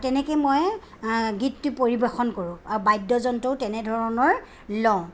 তেনেকে মই গীতটি পৰিবেশন কৰোঁ বাদ্য যন্ত্ৰও তেনেধৰণৰ লওঁ